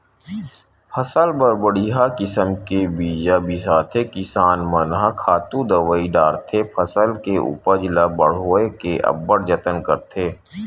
फसल बर बड़िहा किसम के बीजा बिसाथे किसान मन ह खातू दवई डारथे फसल के उपज ल बड़होए के अब्बड़ जतन करथे